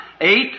Eight